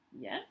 Yes